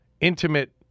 Intimate